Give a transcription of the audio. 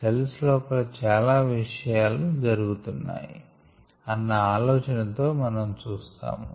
cells లోపల చాలా విషయాలు జరుగుతున్నాయి అన్న ఆలోచన తో మనము చూస్తాము